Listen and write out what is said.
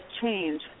change